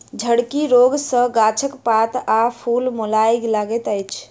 झड़की रोग सॅ गाछक पात आ फूल मौलाय लगैत अछि